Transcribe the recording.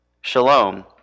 Shalom